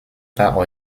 pas